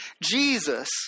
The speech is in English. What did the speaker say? Jesus